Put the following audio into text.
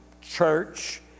church